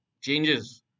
changes